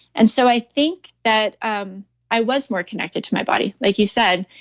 and so i think that um i was more connected to my body, like you said.